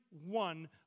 one